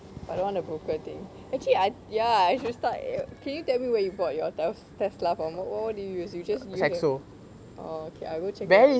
I don't want the broker thing actually I ya I should start or can you tell me where you bought your tes~ tesla from what what did you use you just use err oh okay I'll go check it out